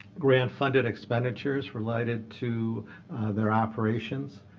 grant funded expenditures related to their operations.